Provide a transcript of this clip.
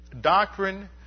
Doctrine